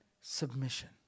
submission